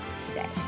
today